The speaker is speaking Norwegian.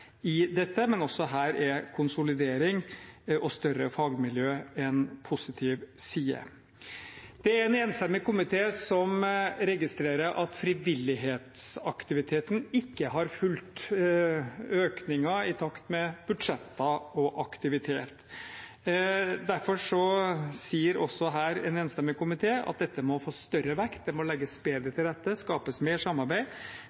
i dette, men også her er konsolidering og større fagmiljøer en positiv side. Det er en enstemmig komité som registrerer at frivillighetsaktiviteten ikke har fulgt økningen i takt med budsjetter og aktivitet. Derfor sier også her en enstemmig komité at dette må få større vekt, det må legges bedre til rette, skapes mer samarbeid.